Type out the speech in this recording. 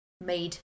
made